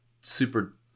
super